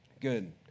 good